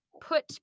put